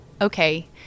okay